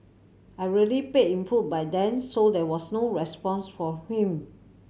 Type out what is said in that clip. I really paid in full by then so there was no response from him